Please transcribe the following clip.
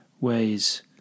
Ways